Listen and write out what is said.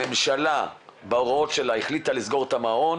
הממשלה בהוראות שלה החליטה לסגור את המעון.